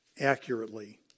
accurately